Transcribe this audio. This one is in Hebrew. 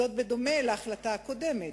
וזאת בדומה להחלטה הקודמת.